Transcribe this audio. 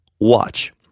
Watch